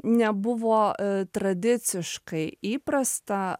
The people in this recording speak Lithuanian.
nebuvo tradiciškai įprasta